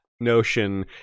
notion